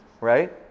Right